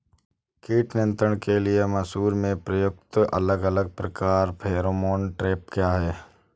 कीट नियंत्रण के लिए मसूर में प्रयुक्त अलग अलग प्रकार के फेरोमोन ट्रैप क्या है?